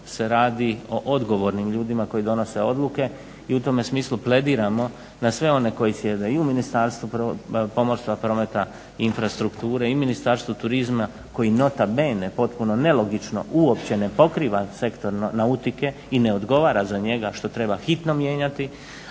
se radi o odgovornim ljudima koji donose odluke i u tome smislu plediramo na sve one koji sjede i u Ministarstvu pomorstva, prometa i infrastrukture i Ministarstvu turizma koji nota bene potpuno nelogično uopće ne pokriva sektor nautike i ne odgovara za njega što treba hitno mijenjati,